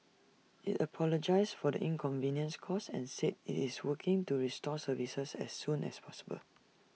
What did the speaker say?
IT apologised for the inconvenience caused and said IT is working to restore services as soon as possible